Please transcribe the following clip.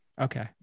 okay